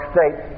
State